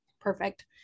Perfect